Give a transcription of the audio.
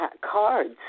Cards